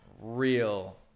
real